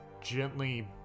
gently